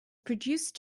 produced